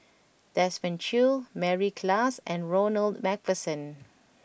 Desmond Choo Mary Klass and Ronald MacPherson